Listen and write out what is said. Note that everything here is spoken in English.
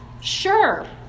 Sure